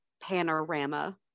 panorama